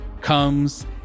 comes